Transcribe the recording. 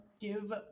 give